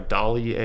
Dolly